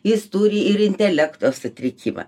jis turi ir intelekto sutrikimą